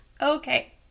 Okay